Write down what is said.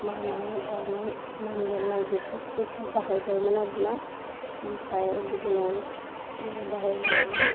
माहोन्नाय दानाय नाम लेरनाय बेफोरफोरखो बाहायबाइमोन आरो ना ओमफ्राय बिदिनो स्कुलाव बाहायबोनानै